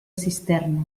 cisterna